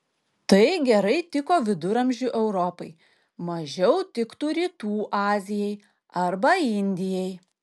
tai gerai tiko viduramžių europai mažiau tiktų rytų azijai arba indijai